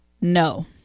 no